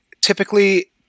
typically